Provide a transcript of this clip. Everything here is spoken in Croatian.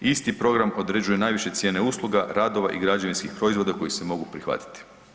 Isti program određuje najviše cijene usluga, radova i građevinskih proizvoda koji se mogu prihvatiti.